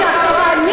זאת הרמה שלה.